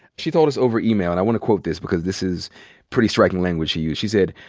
she told us over email, and i wanna quote this because this is pretty striking language she used, she said,